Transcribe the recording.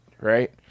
right